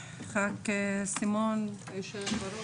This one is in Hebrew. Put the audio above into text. סימון היושב ראש,